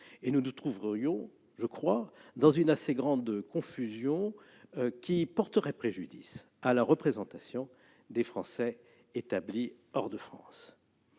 Nous nous trouverions dans une assez grande confusion, qui porterait préjudice à la représentation des Français établis hors de France.